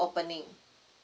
opening